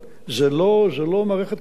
זו לא מערכת קטנה, זו מערכת גדולה.